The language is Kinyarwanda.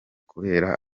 kubera